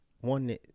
one